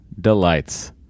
delights